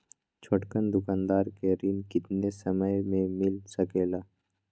छोटकन दुकानदार के ऋण कितने समय मे मिल सकेला?